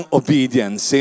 obedience